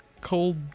Cold